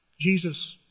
Jesus